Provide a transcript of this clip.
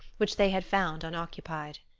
which they had found unoccupied.